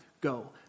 go